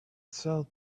sell